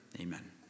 Amen